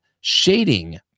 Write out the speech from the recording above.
Shading